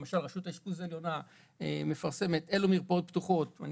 למשל רשות האשפוז העליונה מפרסמת אילו מרפאות פתוחות ואני